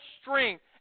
strength